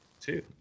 two